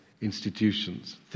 institutions